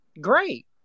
Great